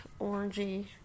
orangey